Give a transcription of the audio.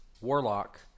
warlock